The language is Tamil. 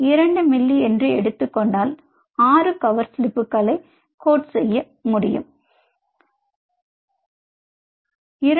2 மில்லி என்று எடுத்துக்கொண்டால் 6 கவர் ஸ்லிப்புகளை நீங்கள் கோட் செய்ய வேண்டும் என்றால் நீங்கள் என்ன செய்கிறீர்கள்